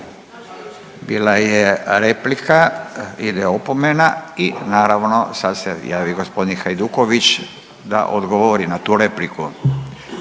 Bila je replika, ide opomena i naravno sad se javio gospodin Hajduković da odgovori na tu repliku.